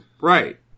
Right